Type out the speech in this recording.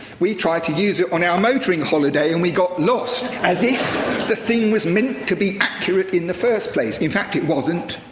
we tried to use it on our motoring holiday and we got lost. as if the thing was meant to be accurate in the first place. in fact, it wasn't.